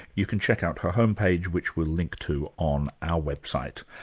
you can check out her home page, which we'll link to on our website.